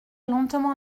lentement